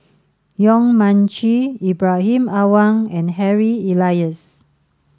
Yong Mun Chee Ibrahim Awang and Harry Elias